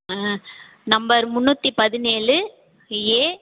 number முந்நூற்றி பதினேழு ஏ